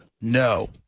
No